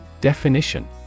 Definition